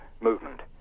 movement